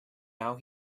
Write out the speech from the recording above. now